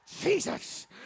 Jesus